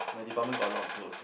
my department got a lot of girls sia